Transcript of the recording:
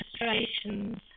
illustrations